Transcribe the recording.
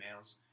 emails